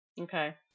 okay